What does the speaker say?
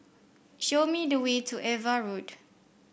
show me the way to Ava Road